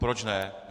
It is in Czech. Proč ne.